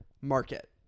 market